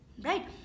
right